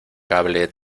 cable